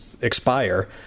expire